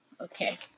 Okay